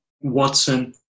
Watson